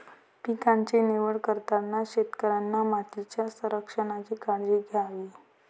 पिकांची निवड करताना शेतकऱ्याने मातीच्या संरक्षणाची काळजी घ्यावी